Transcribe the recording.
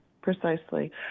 precisely